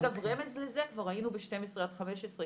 אגב רמז לזה כבר ראינו ב-12 עד 15,